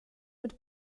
mit